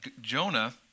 Jonah